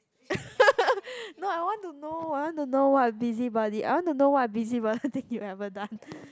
no I want to know I want to know what a busy body I want to know what a busy body you ever done